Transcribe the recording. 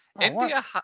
India